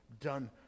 done